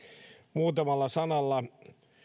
muutamalla sanalla